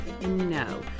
no